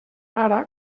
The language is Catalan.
ara